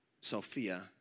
Sophia